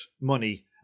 money